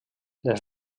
les